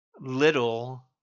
little